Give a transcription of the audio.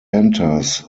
enters